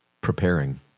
preparing